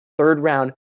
third-round